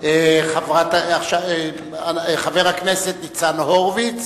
חבר הכנסת ניצן הורוביץ,